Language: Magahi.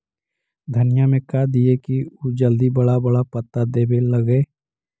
धनिया में का दियै कि उ जल्दी बड़ा बड़ा पता देवे लगै?